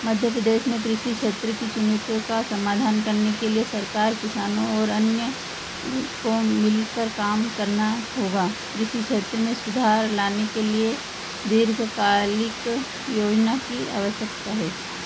मध्य प्रदेश में कृषि क्षेत्र की चुनौतियों का समाधान करने के लिए सरकार किसानों और अन्य को मिलकर काम करना होगा कृषि क्षेत्र में सुधार लाने के लिए दीर्घकालिक योजना की आवश्यकता है